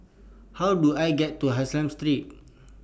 How Do I get to Street